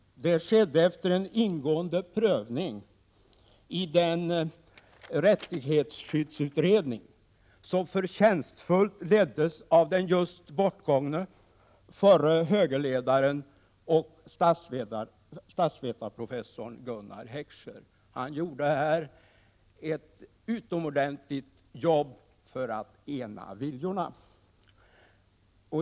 Det skedde efter en ingående prövning av den rättighetsskyddsutredning som förtjänstfullt leddes av den just bortgångne förre högerledaren och statsvetarprofessorn Gunnar Heckscher. Han gjorde ett utomordentligt jobb för att ena viljorna.